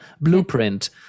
blueprint